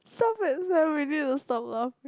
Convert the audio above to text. stop it we need to stop laughing